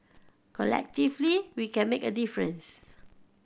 collectively we can make a difference